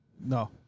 No